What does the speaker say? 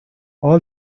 all